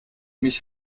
mich